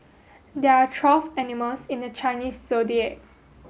there are twelve animals in the Chinese Zodiac